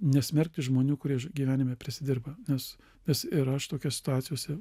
nesmerkti žmonių kurie gyvenime prisidirba nes mes ir aš tokiose situacijose